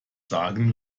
sagen